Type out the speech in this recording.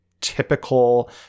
typical